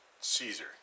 Caesar